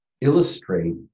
illustrate